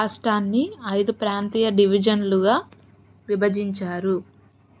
రాష్ట్రాన్ని ఐదు ప్రాంతీయ డివిజన్లుగా విభజించారు